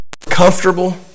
comfortable